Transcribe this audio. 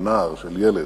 של ילד.